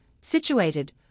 situated